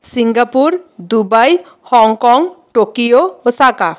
Singapore Dubai Hong Kong Tokyo Osaka